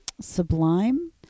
sublime